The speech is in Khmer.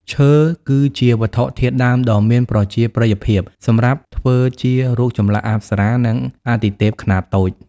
ឈើ គឺជាវត្ថុធាតុដើមដ៏មានប្រជាប្រិយភាពសម្រាប់ធ្វើជា រូបចម្លាក់អប្សរា និងអាទិទេពខ្នាតតូច។